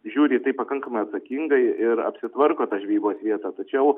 žiūri į tai pakankamai atsakingai ir apsitvarko tą žvejybos vietą tačiau